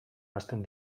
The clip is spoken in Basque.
hasten